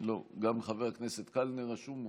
גם חבר הכנסת קלנר רשום,